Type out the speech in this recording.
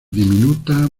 diminutas